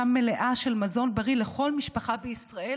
מלאה של מזון בריא לכל משפחה בישראל,